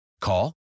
Call